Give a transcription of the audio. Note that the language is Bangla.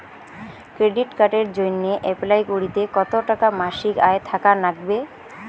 ক্রেডিট কার্ডের জইন্যে অ্যাপ্লাই করিতে কতো টাকা মাসিক আয় থাকা নাগবে?